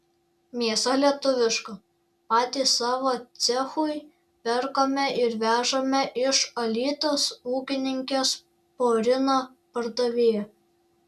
mėsa lietuviška patys savo cechui perkame ir vežame iš alytaus ūkininkės porina pardavėja